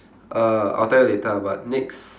uh I'll tell you later lah but next